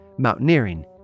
mountaineering